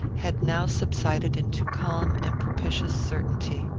had now subsided into calm and propitious certainty.